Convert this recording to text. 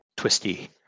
Twisty